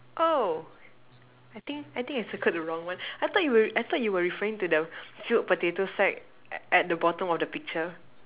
oh I think I think I circled the wrong one I thought you were I thought you were referring to the filled potato sack at the bottom of the picture